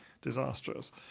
disastrous